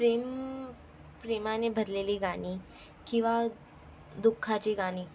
प्रेम प्रेमाने भरलेली गाणी किंवा दुःखाची गाणी